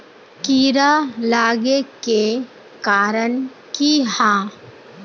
कीड़ा लागे के कारण की हाँ?